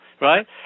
right